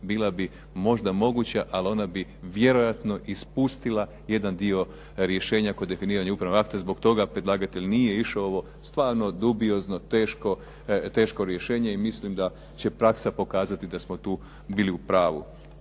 bila bi možda moguća ali ona bi vjerojatno ispustila jedan dio rješenja kod definiranja upravnog akta, zbog toga predlagatelj nije išao ovo stvarno dubiozno, teško rješenje i mislim da će praksa pokazati da smo tu bili u pravu.